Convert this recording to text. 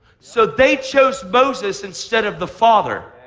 so they chose moses instead of the father,